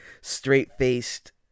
straight-faced